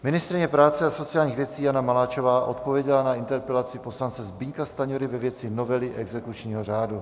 Ministryně práce a sociálních věcí Jana Maláčová odpověděla na interpelaci poslance Zbyňka Stanjury ve věci novely exekučního řádu.